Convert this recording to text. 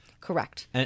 correct